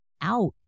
out